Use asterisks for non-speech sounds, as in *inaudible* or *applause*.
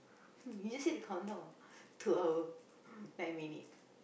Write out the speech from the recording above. *laughs* you just say the countdown two hour nine minute